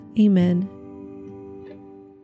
Amen